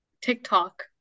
tiktok